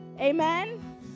Amen